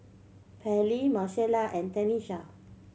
Pearley Marcella and Tenisha